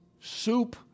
soup